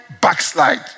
backslide